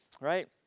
Right